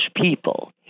people